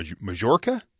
Majorca